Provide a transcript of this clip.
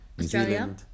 Australia